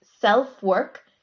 self-work